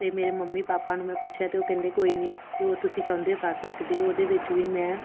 ਅਤੇ ਮੇਰੀ mummy papa ਨੂੰ ਮੈਂ ਪੁੱਛਿਆ ਅਤੇ ਉਹ ਕਹਿੰਦੇ ਕੋਈ ਨਹੀਂ ਜੋ ਤੁਸੀਂ ਚਾਹੁੰਦੇ ਹੋ ਕਰ ਸਕਦੇ ਹੋ ਉਹਦੇ ਵਿੱਚ ਵੀ ਮੈਂ